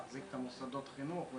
להחזיק את מוסדות החינוך.